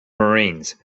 marines